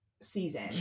season